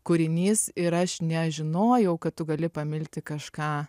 kūrinys ir aš nežinojau kad tu gali pamilti kažką